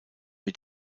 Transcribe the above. mit